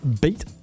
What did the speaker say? beat